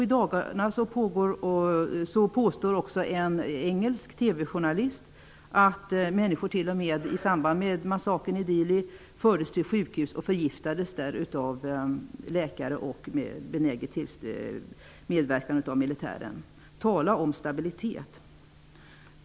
I dagarna har en engelsk TV-journalist påstått att människor i samband med massakern i Dili t.o.m. fördes till sjukhus där de förgiftades av läkare med benägen medverkan från militären. Tala om stabilitet!